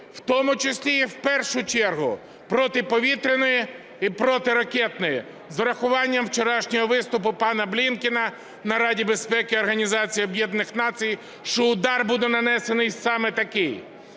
в тому числі і в першу чергу протиповітряної і протиракетної з урахуванням вчорашнього виступу пана Блінкена на Раді безпеки Організації Об'єднаних Націй, що удар буде нанесений саме такий,